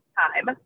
time